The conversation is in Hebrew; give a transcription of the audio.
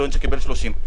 סטודנט שקיבל 30,